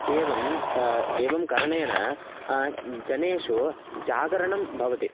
एवम् एवं करणेन जनेषु जागरणं भवति